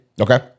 Okay